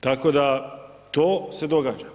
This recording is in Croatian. Tako da to se događa.